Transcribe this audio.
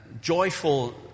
joyful